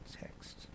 text